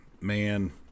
man